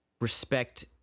respect